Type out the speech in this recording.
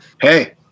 hey